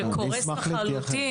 הוא קורס לחלוטין.